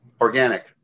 organic